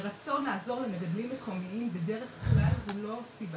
רצון לעזור למגדלים מקומיים בדרך כלל הוא לא סיבה,